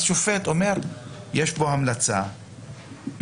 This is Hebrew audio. אז השופט אומר שיש כאן המלצה לא,